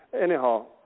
Anyhow